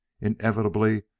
inevitably